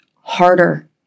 harder